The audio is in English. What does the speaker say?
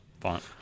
font